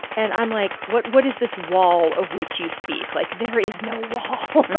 and i'm like, what what is this wall of which you speak? like, there is no wall,